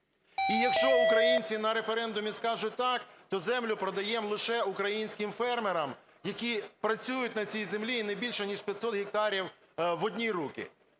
І, якщо українці на референдумі скажуть "так", то землю продаємо лише українським фермерам, які працюють на ці землі, і не більше ніж 500 гектарів в одні руки.